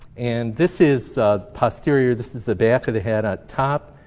and this is posterior, this is the back of the head on top.